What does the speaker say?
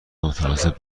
متناسب